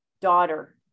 daughter